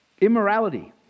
immorality